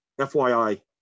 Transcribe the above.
FYI